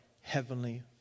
Heavenly